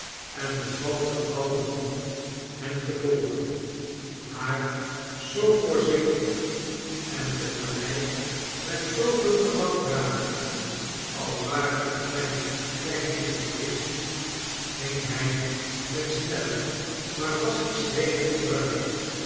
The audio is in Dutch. en beval den ouden man hem te volgen haar zoo voorzichtig en te gelijk met zooveel gemak dragende als ware het meisje eenklein kind geweest ging hij met snelle maar vaste schreden vooruit